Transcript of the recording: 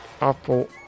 Apple